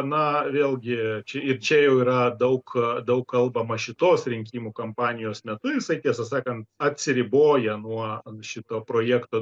na vėlgi čia ir čia jau yra daug daug kalbama šitos rinkimų kampanijos metu jisai tiesą sakant atsiriboja nuo šito projekto